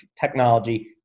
technology